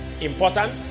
important